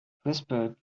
whispered